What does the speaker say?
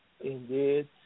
indeed